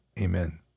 amen